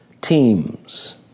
teams